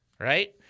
right